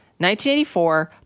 1984